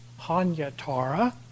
Hanyatara